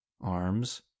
arms